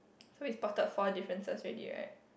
so is spotted four differences already right